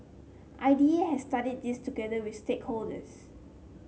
I D A has studied this together with stakeholders